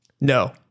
No